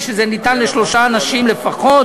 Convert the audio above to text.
ושניתנה לשלושה אנשים לפחות.